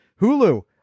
Hulu